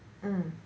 mm